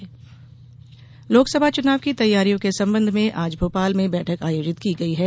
चुनाव बैठक लोकसभा चुनाव की तैयारियों के संबंध में आज भोपाल में बैठक आयोजित की गई है